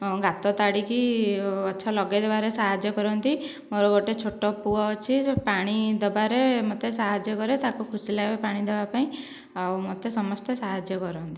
ଗାତ ତାଡ଼ିକି ଗଛ ଲଗାଇ ଦେବାରେ ସାହାଯ୍ୟ କରନ୍ତି ମୋର ଗୋଟେ ଛୋଟ ପୁଅ ଅଛି ସେ ପାଣି ଦେବାରେ ମୋତେ ସାହାଯ୍ୟ କରେ ତାକୁ ଖୁସି ଲାଗେ ପାଣି ଦେବା ପାଇଁ ଆଉ ମୋତେ ସମସ୍ତେ ସାହାଯ୍ୟ କରନ୍ତି